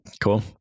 Cool